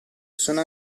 sono